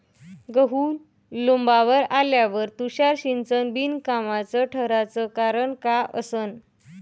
गहू लोम्बावर आल्यावर तुषार सिंचन बिनकामाचं ठराचं कारन का असन?